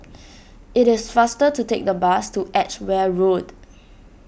it is faster to take the bus to Edgware Road